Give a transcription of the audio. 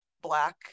Black